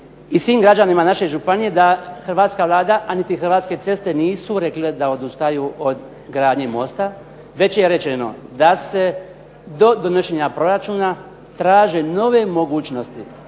i svim građanima naše županije da hrvatska Vlada, a niti Hrvatske ceste nisu rekle da odustaju od gradnje mosta već je rečeno da se do donošenja proračuna traže nove mogućnosti